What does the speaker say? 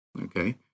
okay